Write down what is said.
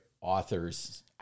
authors